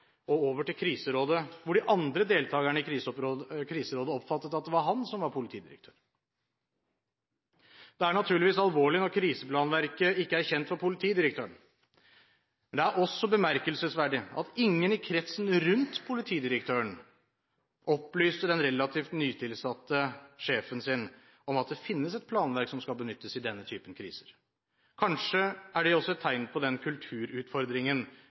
og over til kriserådet, hvor de andre deltakerne i kriserådet oppfattet at det var han som var politidirektør. Det er naturligvis alvorlig når kriseplanverket ikke er kjent for politidirektøren. Det er også bemerkelsesverdig at ingen i kretsen rundt politidirektøren opplyste den relativt nytilsatte sjefen sin om at det finnes et planverk som skal benyttes i denne typen kriser – kanskje er det også et tegn på den kulturutfordringen